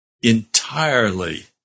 entirely